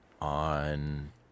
On